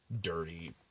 dirty